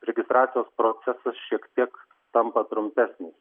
registracijos procesas šiek tiek tampa trumpesnis